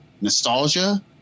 nostalgia